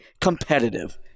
competitive